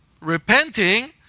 repenting